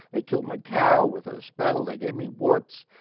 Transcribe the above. they killed my cow with a spell. they gave me warts,